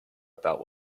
about